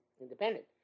independent